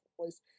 place